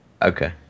Okay